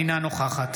אינה נוכחת